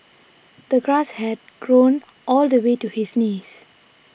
the grass had grown all the way to his knees